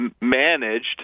managed